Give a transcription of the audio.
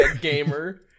gamer